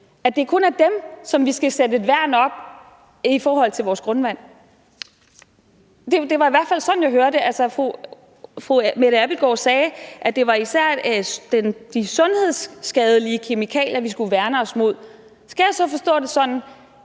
at det kun er dem, som vi skal sætte et værn op i forhold til i vores grundvand? Det var i hvert fald sådan, jeg hørte det. Fru Mette Abildgaard sagde, at det især var de sundhedsskadelige kemikalier, vi skulle værne os mod. Skal jeg så forstå det sådan